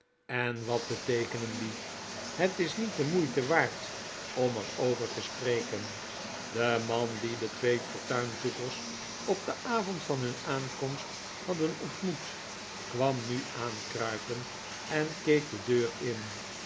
en wat beteekenen die het is niet de moeite waard om er over te spreken de man dien de twee fortuinzoekers op den avond van hun aankomst hadden ontmoet kwam nu aankruipen en keek de deur in